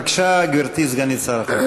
בבקשה, גברתי סגנית שר החוץ.